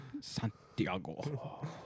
Santiago